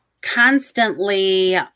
constantly